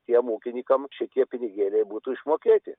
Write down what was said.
tiem ūkininkam šitie pinigėliai būtų išmokėti